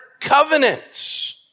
covenant